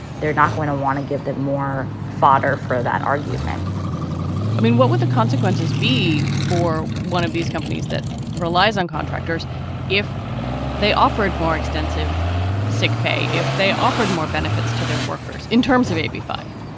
they're not going to want to give them more fodder for that argument i mean, what would the consequences be for one of these companies that relies on contractors if they offered more extensive sick pay, if they offered more benefits to their workers in terms of maybe five,